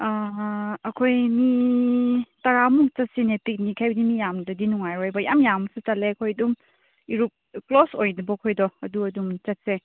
ꯑꯩꯈꯣꯏ ꯃꯤ ꯇꯔꯥ ꯃꯨꯛ ꯆꯠꯁꯤꯅꯦ ꯄꯤꯛꯅꯤꯛ ꯍꯥꯏꯔꯗꯤ ꯃꯤ ꯌꯥꯝꯗ꯭ꯔꯗꯤ ꯅꯨꯡꯉꯥꯏꯔꯣꯏꯕ ꯌꯥꯝ ꯌꯥꯝꯕꯁꯨ ꯇꯜꯂꯦ ꯑꯩꯈꯣꯏ ꯑꯗꯨꯝ ꯏꯔꯨꯞ ꯀ꯭ꯂꯣꯁ ꯑꯣꯏꯗꯕ ꯈꯣꯏꯗꯣ ꯑꯗꯨ ꯑꯗꯨꯝ ꯆꯠꯁꯦ